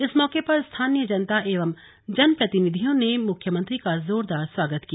इस मौके पर स्थानीय जनता एवं जनप्रतिनिधियों ने मुख्यमंत्री का जोरदार स्वागत किया